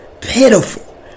Pitiful